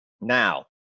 Now